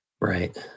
Right